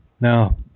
Now